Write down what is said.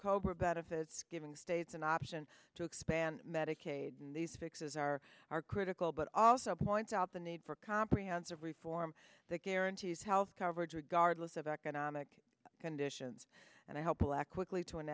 cobra benefits giving states an option to expand medicaid and these fixes are are critical but also points out the need for a comprehensive reform that guarantees health coverage regardless of economic conditions and i hope will act quickly to